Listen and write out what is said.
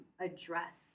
address